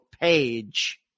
page